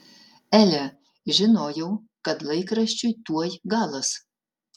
ele žinojau kad laikraščiui tuoj galas